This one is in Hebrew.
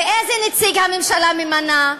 ואיזה נציג הממשלה ממנה?